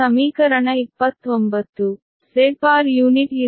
ಇದು ಸಮೀಕರಣ 29